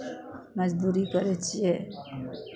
मजदूरी करै छियै